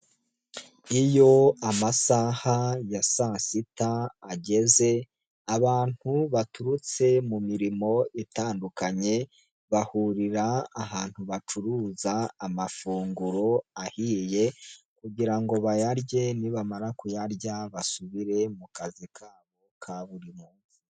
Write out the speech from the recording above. Iyo amasaha ya saa sita ageze, abantu baturutse mu mirimo itandukanye, bahurira ahantu bacuruza amafunguro ahiye kugira ngo bayarye, nibamara kuyarya basubire mu kazi kabo ka buri muntu.